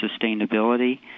sustainability